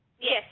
Yes